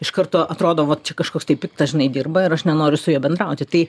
iš karto atrodo va čia kažkoks tai piktas žinai dirba ir aš nenoriu su juo bendrauti tai